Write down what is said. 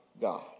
God